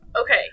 Okay